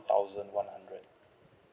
thousand one hundred